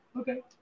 okay